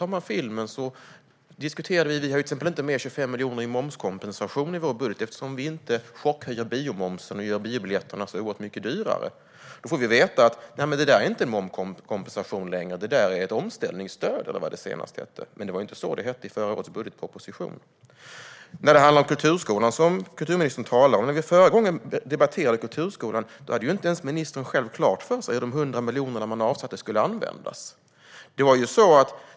När det gäller filmen har vi till exempel inte 25 miljoner i momskompensation i vår budget, eftersom vi inte chockhöjer biomomsen och gör biobiljetterna så oerhört mycket dyrare. Då får vi veta att det där inte är momskompensation utan ett omställningsstöd, eller vad det nu senast hette. Men det var inte så det hette i förra årets budgetproposition. När vi förra gången debatterade kulturskolan hade inte ens ministern själv klart för sig hur de 100 miljoner man avsatte skulle användas.